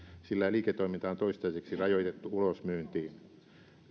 sillä liiketoiminta on toistaiseksi rajoitettu ulosmyyntiin